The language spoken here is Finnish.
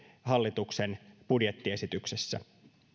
hallituksen budjettiesityksessä